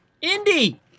Indy